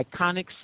iconic